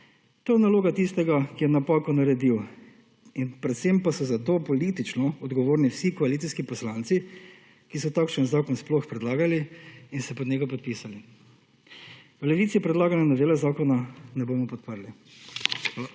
To je naloga tistega, ki je napako naredil in predvsem pa so zato politično odgovorni vsi koalicijski poslanci, ki so takšen zakon sploh predlagali in se pod njega podpisali. V Levici predlagane novele zakona ne bomo podprli. Hvala.